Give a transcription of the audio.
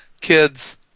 kids